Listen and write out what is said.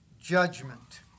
judgment